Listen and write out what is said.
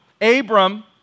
Abram